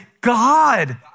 God